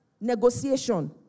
negotiation